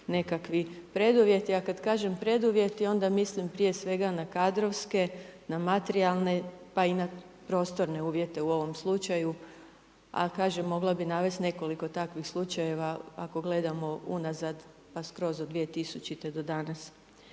nekakvi preduvjeti. A kada kažem preduvjeti, onda mislim prije svega na kadrovske, na materijalne pa i na prostorne uvjete u ovom slučaju a kažem, mogla bih navesti nekoliko takvih slučajeva ako gledamo unazad pa skroz od 2000. do danas,